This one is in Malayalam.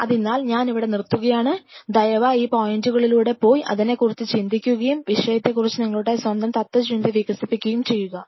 അതിനാൽ ഞാൻ ഇവിടെ നിർത്തുകയാണ് ദയവായി ഈ പോയിന്റുകളിലൂടെ പോയി അതിനെക്കുറിച്ച് ചിന്തിക്കുകയും വിഷയത്തെക്കുറിച്ച് നിങ്ങളുടെ സ്വന്തം തത്ത്വചിന്ത വികസിപ്പിക്കുകയും ചെയ്യുക